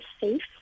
safe